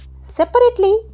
separately